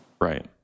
Right